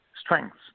strengths